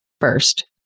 first